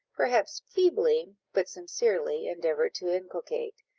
perhaps feebly, but sincerely, endeavoured to inculcate,